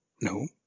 no